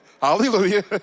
Hallelujah